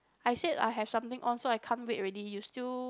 I said I have something on so I can't wait already you still